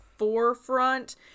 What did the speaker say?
forefront